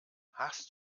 hast